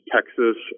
Texas